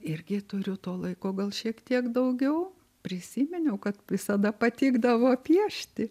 irgi turiu to laiko gal šiek tiek daugiau prisiminiau kad visada patikdavo piešti